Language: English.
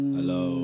Hello